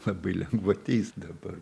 labai lengva teist dabar